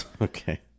Okay